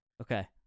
Okay